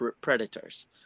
predators